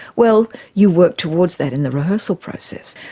well you work towards that in the rehearsal process,